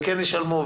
וכן ישלמו,